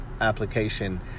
application